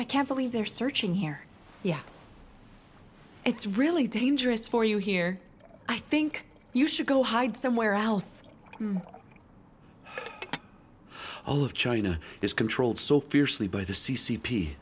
i can't believe they're searching here yeah it's really dangerous for you here i think you should go hide somewhere else all of china is controlled so fiercely by the c c p